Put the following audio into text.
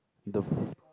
the